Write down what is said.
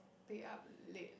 stayed up late